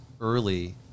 early